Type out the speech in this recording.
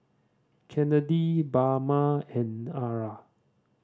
Kennedi Bama and Ara